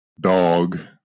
dog